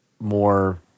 more